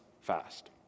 fast